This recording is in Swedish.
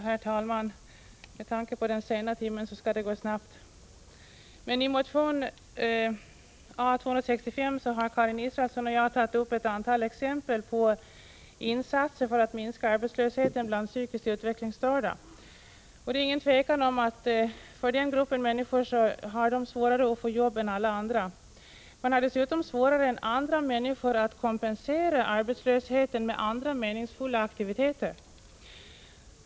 Herr talman! Med tanke på den sena timmen skall mitt anförande gå snabbt. I motion A265 har Karin Israelsson och jag tagit upp ett antal exempel på insatser för att minska arbetslösheten bland psykiskt utvecklingsstörda. Det är inget tvivel om att den gruppen människor har svårare att få arbete än alla andra. De har dessutom svårare än andra att kompensera arbeslösheten med andra meningsfulla aktiviteter.